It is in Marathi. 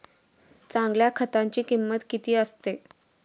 चांगल्या खताची किंमत किती असते?